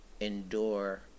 endure